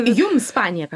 jums panieka